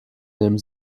nehmen